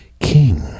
king